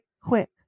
quick